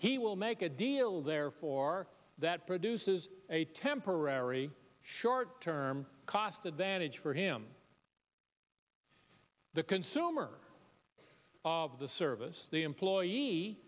he will make a deal therefore that produces a temporary short term cost advantage for him the consumer of the service the employee